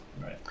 Right